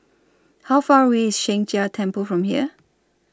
How Far away IS Sheng Jia Temple from here